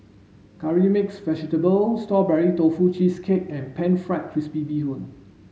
curry mixed vegetable strawberry tofu cheesecake and pan fried crispy bee hoon